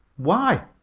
why?